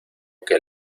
que